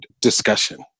discussion